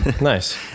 nice